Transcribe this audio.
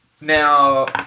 Now